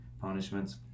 punishments